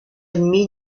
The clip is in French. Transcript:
ennemi